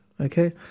Okay